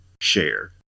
share